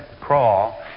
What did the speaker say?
crawl